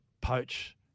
poach